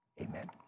amen